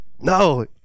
No